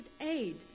aid